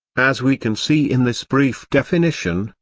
as we can see in this brief definition,